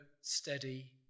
steady